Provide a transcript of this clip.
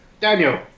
Daniel